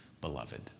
beloved